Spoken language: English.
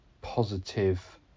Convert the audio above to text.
positive